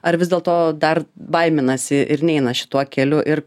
ar vis dėlto dar baiminasi ir neina šituo keliu ir